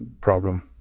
Problem